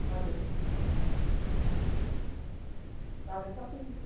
हजुर हजुर सक्यो मिस